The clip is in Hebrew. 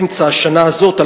אמצע השנה הזאת,